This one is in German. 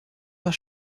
war